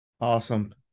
Awesome